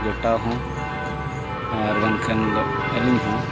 ᱡᱚᱴᱟᱣ ᱦᱚᱸ ᱟᱨ ᱵᱟᱝᱠᱷᱟᱱ ᱫᱚ ᱟᱹᱞᱤᱧ ᱦᱚᱸ